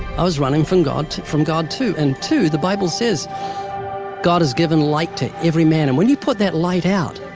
i was running from god from god too. and two, the bible says god has given light to every man, and when you put that light out,